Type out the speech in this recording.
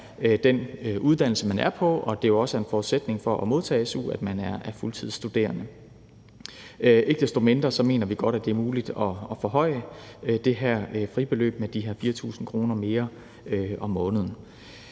den uddannelse, man er på, og at det jo også er en forudsætning for at modtage su, at man er fuldtidsstuderende. Ikke desto mindre mener vi godt, at det er muligt at forhøje det her fribeløb med de her 4.000 kr. mere om måneden.